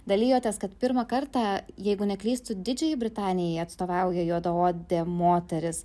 dalijotės kad pirmą kartą jeigu neklystu didžiajai britanijai atstovauja juodaodė moteris